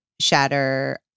shatter